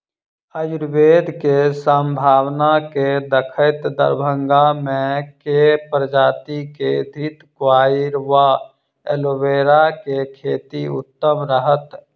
आयुर्वेद केँ सम्भावना केँ देखैत दरभंगा मे केँ प्रजाति केँ घृतक्वाइर वा एलोवेरा केँ खेती उत्तम रहत?